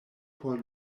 por